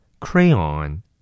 Crayon